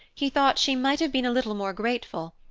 he thought she might have been a little more grateful,